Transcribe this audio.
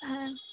ᱦᱮᱸ